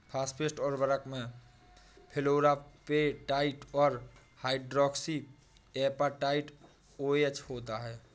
phosphate उर्वरक में fluorapatite और हाइड्रोक्सी एपेटाइट ओएच होता है